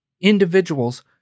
individuals